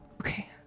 Okay